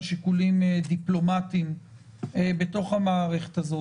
שיקולים דיפלומטיים בתוך המערכת הזו.